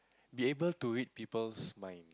be able to read people's mind